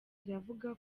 iravuga